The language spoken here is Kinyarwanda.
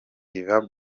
yvan